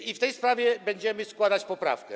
I w tej sprawie będziemy składać poprawkę.